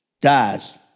dies